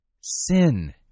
sin